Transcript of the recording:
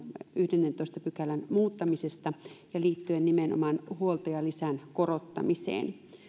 yhdennentoista pykälän muuttamisesta liittyen nimenomaan huoltajalisän korottamiseen